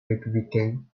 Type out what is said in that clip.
républicains